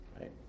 right